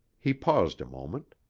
he paused a moment.